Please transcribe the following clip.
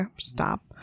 Stop